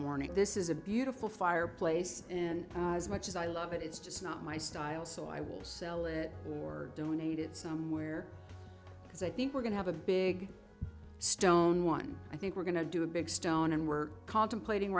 morning this is a beautiful fireplace in as much as i love it it's just not my style so i will sell it or donated somewhere as i think we're going to have a big stone one i think we're going to do a big stone and we're contemplating